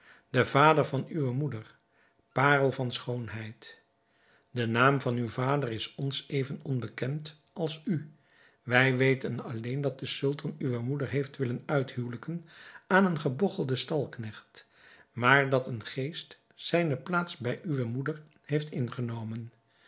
de vader van uwe moeder parel van schoonheid de naam van uw vader is ons even onbekend als u wij weten alleen dat de sultan uwe moeder heeft willen uithuwelijken aan een gebogchelden stalknecht maar dat een geest zijne plaats bij uwe moeder heeft ingenomen